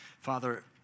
Father